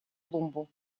клумбу